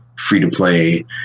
free-to-play